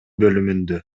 бөлүмүндө